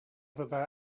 fyddai